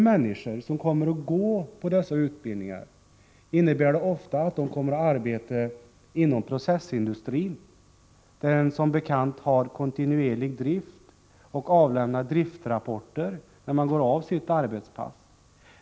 Människor som kommer att gå på dessa utbildningar kommer ofta att arbeta inom processindustrin, där man som bekant har kontinuerlig drift och avlämnar driftrapporter när man går av sitt arbetspass.